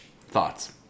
Thoughts